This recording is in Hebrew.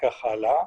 וכך הלאה,